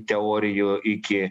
teorijų iki